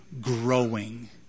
growing